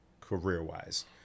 career-wise